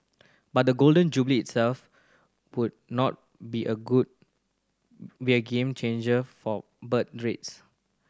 but the Golden Jubilee itself would not be a good be a game changer for birth rates